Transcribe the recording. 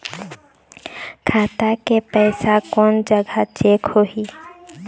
खाता के पैसा कोन जग चेक होही?